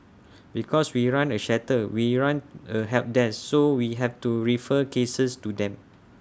because we run A shelter we run A help desk so we have to refer cases to them